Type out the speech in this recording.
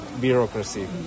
bureaucracy